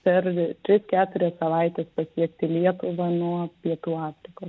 per tris keturias savaites pasiekti lietuvą nuo pietų afrikos